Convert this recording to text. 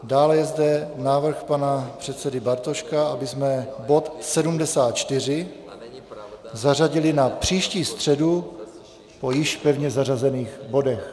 Dále je zde návrh pana předsedy Bartoška, abychom bod 74 zařadili na příští středu po již pevně zařazených bodech.